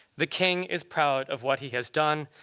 the king is proud of what he has done,